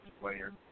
player